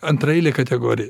antraeilė kategorija